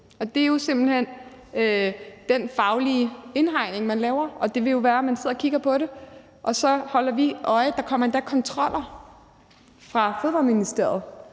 hen den faglige indhegning, man laver, og det vil jo gøre, at man sidder og kigger på det, og så holder vi øje. Der kommer endda kontroller fra Ministeriet